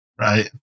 right